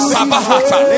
Sabahata